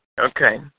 Okay